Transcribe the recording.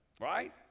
Right